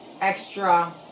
extra